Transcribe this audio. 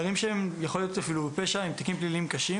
נערים שיכול להיות שיש להם תיקים פליליים קשים